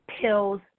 pills